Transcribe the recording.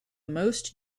most